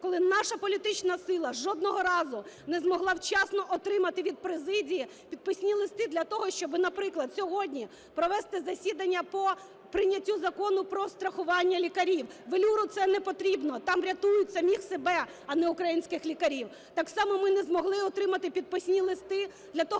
коли наша політична сила жодного разу не змогла вчасно отримати від президії підписні листи для того, щоб, наприклад, сьогодні провести засідання по прийняттю Закону про страхування лікарів. "Велюру" це непотрібно, там рятують самих себе, а не українських лікарів. Так само ми не змогли отримати підписні листи для того,